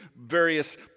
various